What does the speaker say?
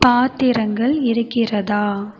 பாத்திரங்கள் இருக்கிறதா